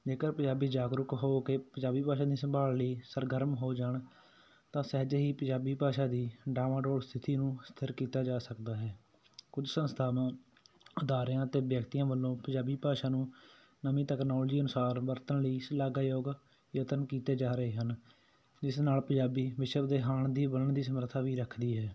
ਜੇਕਰ ਪੰਜਾਬੀ ਜਾਗਰੂਕ ਹੋ ਕੇ ਪੰਜਾਬੀ ਭਾਸ਼ਾ ਦੀ ਸੰਭਾਲ ਲਈ ਸਰਗਰਮ ਹੋ ਜਾਣ ਤਾਂ ਸਹਿਜੇ ਹੀ ਪੰਜਾਬੀ ਭਾਸ਼ਾ ਦੀ ਡਾਵਾਂਡੋਲ ਸਥਿਤੀ ਨੂੰ ਸਥਿਰ ਕੀਤਾ ਜਾ ਸਕਦਾ ਹੈ ਕੁਝ ਸੰਸਥਾਵਾਂ ਅਦਾਰਿਆਂ ਅਤੇ ਵਿਅਕਤੀਆਂ ਵੱਲੋਂ ਪੰਜਾਬੀ ਭਾਸ਼ਾ ਨੂੰ ਨਵੀਂ ਤਕਨੋਲੋਜੀ ਅਨੁਸਾਰ ਵਰਤਣ ਲਈ ਸ਼ਲਾਘਾਯੋਗ ਯਤਨ ਕੀਤੇ ਜਾ ਰਹੇ ਹਨ ਜਿਸ ਨਾਲ ਪੰਜਾਬੀ ਵਿਸ਼ਵ ਦੇ ਹਾਣ ਦੀ ਬਣਨ ਦੀ ਸਮਰੱਥਾ ਵੀ ਰੱਖਦੀ ਹੈ